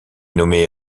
nommé